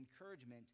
encouragement